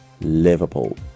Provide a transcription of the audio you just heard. Liverpool